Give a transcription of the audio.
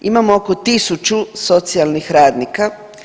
Imamo oko 1000 socijalnih radnika.